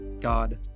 God